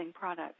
product